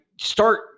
start